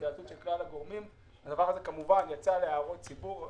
הדבר הזה יצא להערות ציבור.